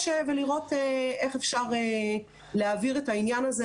ולראות איך אפשר להעביר את העניין הזה.